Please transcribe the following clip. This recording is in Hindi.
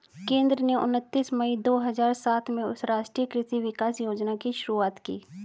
केंद्र ने उनतीस मई दो हजार सात में राष्ट्रीय कृषि विकास योजना की शुरूआत की